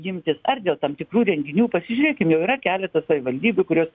imtis ar dėl tam tikrų renginių pasižiūrėkim jau yra keletas savivaldybių kurios